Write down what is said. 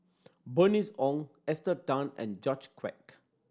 Bernice Ong Esther Tan and George Quek